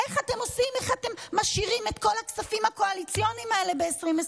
איך אתם משאירים את כל הכספים הקואליציוניים האלה ב-2023?